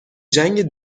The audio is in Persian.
جنگ